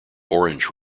orange